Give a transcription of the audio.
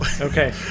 Okay